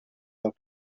del